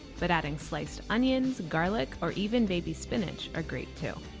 but adding sliced onions, garlic or even baby spinach are great, too.